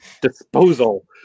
disposal